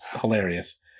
hilarious